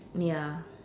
ya